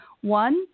One